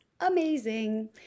amazing